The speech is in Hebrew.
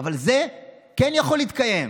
אבל זה כן יכול להתקיים.